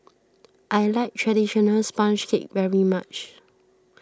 I like Traditional Sponge Cake very much